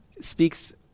speaks